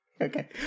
Okay